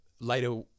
later